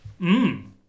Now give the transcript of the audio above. Mmm